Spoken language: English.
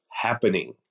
happening